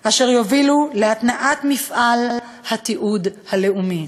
אשר יובילו להתנעת מפעל התיעוד הלאומי.